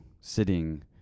sitting